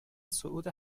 صعود